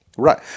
Right